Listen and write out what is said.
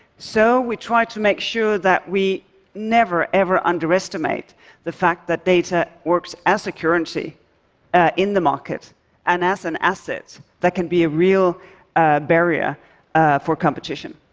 so we try to make sure that we never, ever underestimate the fact that data works as a currency in the market and as an asset that can be a real barrier for competition.